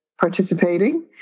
participating